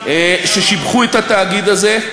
והם שיבחו את התאגיד הזה.